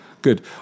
good